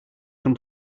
can